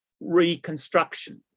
reconstruction